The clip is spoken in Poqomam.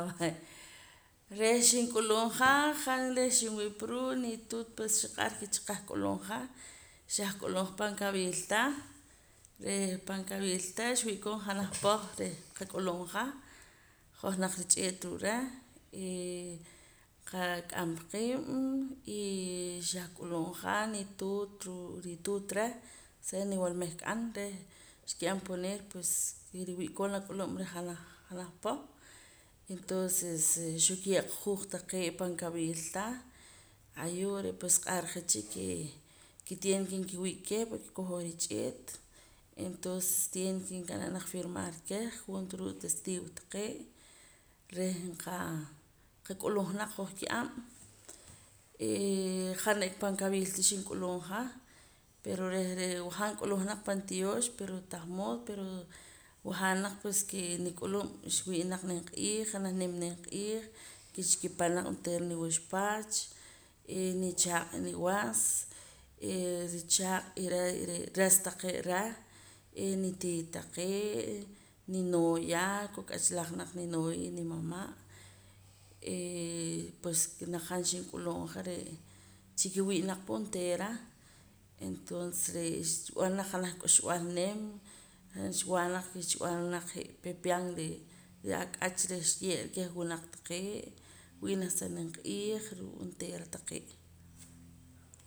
reh xink'ulub' ja' han reh xinwii' pa ruu' nituut pues xiq'ar ke cha qah k'ulub' ja xah k'ulub' ja pan kabiilta reh pan kabiilta xwii'kon janaj poh reh nqak'ulub' ja hoj naq rich'eet ruu' reh y qak'am pa qiib' y xah k'ulub' ja nituut ruu' rituut reh o sea niwalmehk'an reh xkib'an poner pues nriwi'koon la k'ulub' reh janaj janaj poh entonces xoo kiye' qa juuj taqee' pan kabiilta ayo' pues xq'ar ja cha kee ke tiene ke nkiwii' keh porque como rich'eet entonces tiene ke nka'nam naq firmar keh junto ruu' testigo taqee' reh nqaa qak'ulub' ja naq hoj ki'ab' eeh han re'ka pan kabiilta xink'ulub' ja pero reh ree' nwajaam nk'ulub' ja naq pan tiyoox pero tan mood pero wajaam naq pues ke nik'ulub' xwii' naq nimq'iij janaj nim nimq'iij ke xi'pana naq onteera naq niwuxpach nichaaq' y niwas richaaq' y ras taqee' reh eh nitiiya taqee' eh ninooya kok'ach laq naq ninooya y nimama' eh pues naq han xink'ulub' ja re' chiki'wii' pa naq onteera entonces re' xb'anaq janaj k'uxb'al nim han xwaa naq je' xb'anara naq je' pepian de reh ak'ach reh xye'ra keh winaq taqee' wi naj sa nimq'iij ruu' onteera taqee'